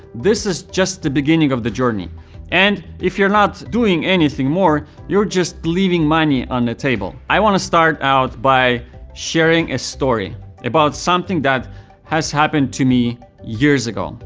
this is just the beginning of the journey and if you're not doing anything more, you're just living money on the table. i wanna start out by sharing a story about something that has happened to me years ago.